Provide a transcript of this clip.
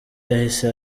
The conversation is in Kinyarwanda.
yahise